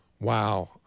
Wow